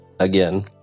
again